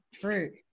true